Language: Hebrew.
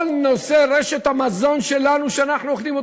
רשת המזון שלנו שאנחנו אוכלים,